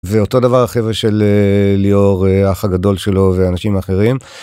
ואותו דבר החבר'ה של ליאור, האח הגדול שלו, ואנשים אחרים.